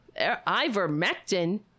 Ivermectin